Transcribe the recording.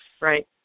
Right